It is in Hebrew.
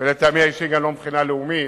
ולטעמי האישי גם לא מבחינה לאומית.